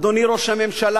אדוני ראש הממשלה,